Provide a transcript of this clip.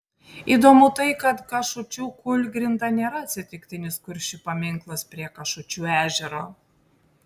įdomu tai kad kašučių kūlgrinda nėra atsitiktinis kuršių paminklas prie kašučių ežero